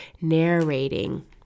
narrating